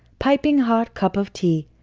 piping hot cup of tea.